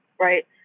right